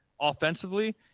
offensively